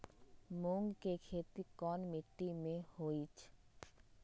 मूँग के खेती कौन मीटी मे होईछ?